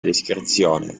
descrizione